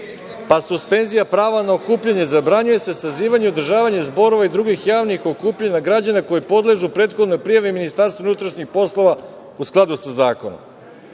pa suspenzija prava na okupljanje zabranjuje se sazivanju i održavanje zborova i drugih javnih okupljanja građana koji podležu prethodnoj prijavi MUP-a u skladu sa zakonom. Idemo